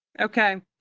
Okay